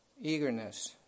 eagerness